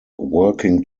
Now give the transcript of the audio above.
working